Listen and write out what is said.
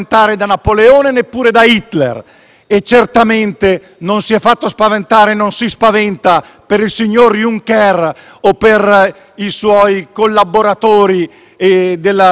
e certamente non si è fatto spaventare e non si spaventa per il signor Juncker o per i suoi collaboratori di Bruxelles e dell'Unione europea.